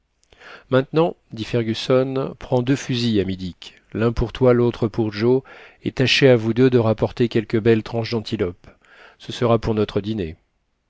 maintenant dit fergusson prends deux fusils ami dick l'un pour toi lautre pour joe et tâchez à vous deux de rapporter quelques belles tranches d'antilope ce sera pour notre dîner